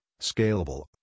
Scalable